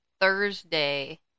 Thursday